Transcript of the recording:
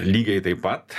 lygiai taip pat